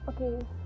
Okay